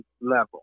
level